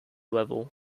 level